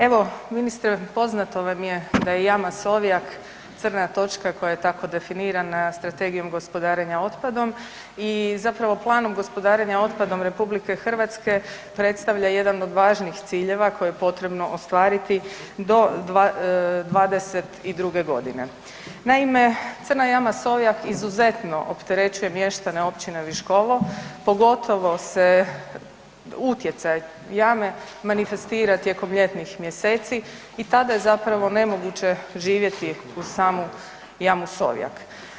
Evo, ministre, poznato vam je da je jama Sovjak crna točka koja je tako definirana Strategijom gospodarenja otpadom i zapravo Planom gospodarenja otpadom RH predstavlja jedan od važnih ciljeva koje je potrebno ostvariti do '22. g. Naime, crna jama Sovjak izuzetno opterećuje mještane općine Viškovo, pogotovo se utjecaj jame manifestira tijekom ljetnih mjeseci i tada je zapravo nemoguće živjeti uz samu jamu Sovjak.